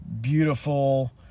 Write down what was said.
beautiful